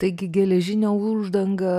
taigi geležinė uždanga